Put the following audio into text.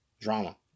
drama